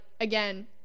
Again